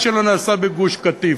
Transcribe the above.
מה שלא נעשה בגוש-קטיף.